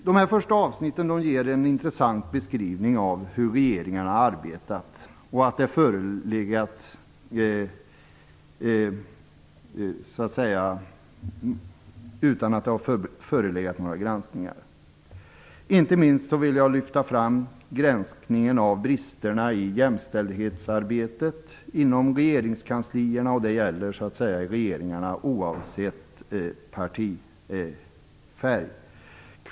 De första avsnitten ger en intressant beskrivning av hur regeringarna har arbetat utan att det har förelegat några granskningar. Jag vill inte minst lyfta fram granskningen av bristerna i jämställdhetsarbetet inom regeringskansliet, och det gäller regeringarna oavsett partifärg.